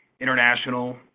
International